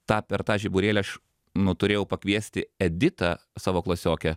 tą per tą žiburėlį aš nu turėjau pakviesti editą savo klasiokę